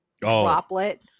droplet